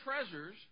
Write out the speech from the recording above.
treasures